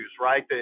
right